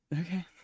Okay